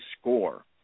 score